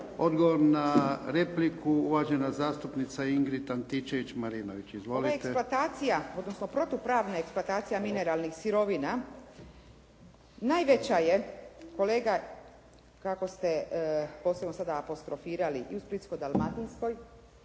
Odgovor na repliku uvažena zastupnica Ingrid Antičević-Marinović. Izvolite. **Antičević Marinović, Ingrid (SDP)** Ova eksploatacija odnosno protupravna eksploatacija mineralnih sirovina najveća je kolega kako ste posebno sada apostrofirali i u Splitsko-dalmatinskoj